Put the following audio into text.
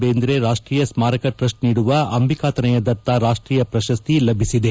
ಬೇಂದ್ರೆ ರಾಷ್ಟೀಯ ಸ್ಮಾರಕ ಟ್ರಸ್ಟ್ ನೀಡುವ ಅಂಬಿಕಾತನಯ ದತ್ತ ರಾಷ್ವೀಯ ಪ್ರಶಸ್ತಿ ಲಭಿಸಿದೆ